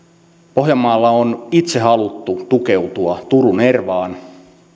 pohjanmaalla on itse haluttu tukeutua turun ervaan eiväthän